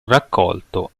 raccolto